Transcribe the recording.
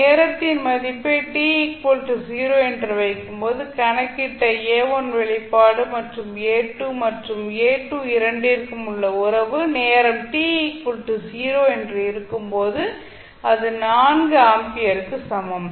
நேரத்தின் மதிப்பை t 0 என்று வைக்கும் போது கணக்கிட்ட A1 வெளிப்பாடு மற்றும் A1 மற்றும் A2 இரண்டிற்கும் உள்ள உறவு நேரம் t 0 என்று இருக்கும்போது அது 4 ஆம்பியருக்கு சமம்